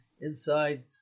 inside